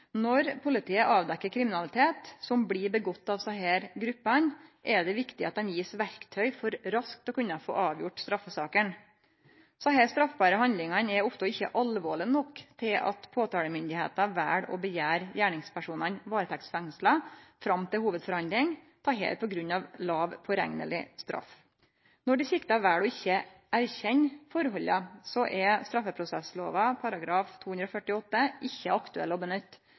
Når politiet avdekkjer kriminalitet som blir gjord av desse gruppene, er det viktig at ein blir gjeven verktøy for raskt å kunne få avgjort straffesakene. Desse straffbare handlingane er ofte ikkje alvorlege nok til at påtalemyndigheita vel å krevje gjerningspersonane varetektsfengsla fram til hovudforhandling, på grunn av låg pårekneleg straff. Når dei sikta vel å ikkje erkjenne forholda, er straffeprosesslova § 248 ikkje aktuell å nytte. Då er hovudforhandling einaste moglegheit, der rett må setjast, med både fagdommar og